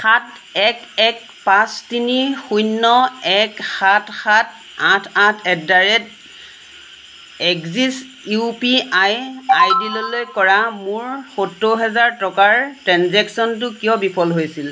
সাত এক এক পাঁচ তিনি শূন্য এক সাত সাত আঠ আঠ at the rate Axis U P I I D লৈ কৰা মোৰ সত্তৰ হাজাৰ টকাৰ ট্ৰেঞ্জেক্চনটো কিয় বিফল হৈছিল